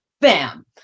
bam